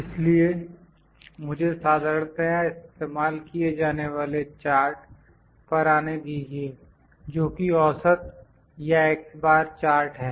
इसलिए मुझे साधारणतया इस्तेमाल किए जाने वाले चार्ट पर आने दीजिए जोकि औसत या x बार चार्ट है